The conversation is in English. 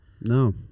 no